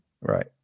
Right